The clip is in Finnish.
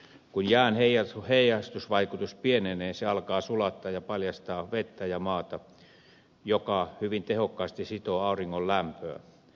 kun jään heijastusvaikutus pienenee se alkaa sulattaa ja paljastaa vettä ja maata joka hyvin tehokkaasti sitoo auringon lämpöä